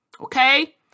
Okay